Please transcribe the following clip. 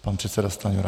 Pan předseda Stanjura.